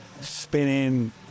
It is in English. spinning